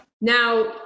Now